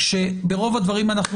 שעל רוב הדברים אנחנו מסכימים,